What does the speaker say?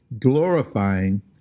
glorifying